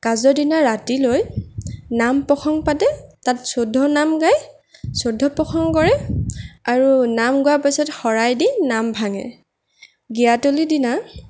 কাজৰ দিনা ৰাতিলৈ নাম প্ৰসংগ পাতে তাত চৌধ্য নাম গাই চৌধ্য প্ৰসংগ কৰে আৰু নাম গোৱাৰ পাছত শৰাই দি নাম ভাঙে গিয়াতলি দিনা